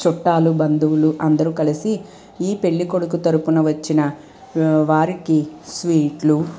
చుట్టాలు బంధువులు అందరూ కలిసి ఈ పెళ్ళికొడుకు తరపున వచ్చిన వారికి స్వీట్లు